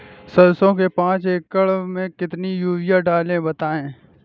सरसो के पाँच एकड़ में कितनी यूरिया डालें बताएं?